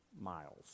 miles